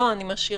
לא, אני משאירה.